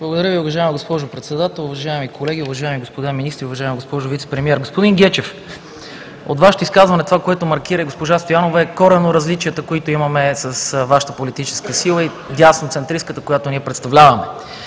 Благодаря Ви, уважаема госпожо Председател. Уважаеми колеги, уважаеми господа министри, уважаема госпожо Вицепремиер! Господин Гечев, Вашето изказване и това, което маркира госпожа Стоянова, са коренните различия, които имаме с Вашата политическа сила и десноцентристката, която ние представляваме.